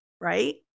right